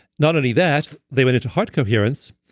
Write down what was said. not only that, they went into heart coherence,